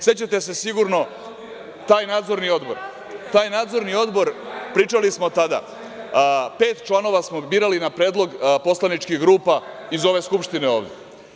Sećate se sigurno, taj Nadzorni odbor, pričali smo tada, pet članova smo birali na predlog poslaničkih grupa iz ove Skupštine ovde.